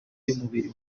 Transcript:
y’umubiri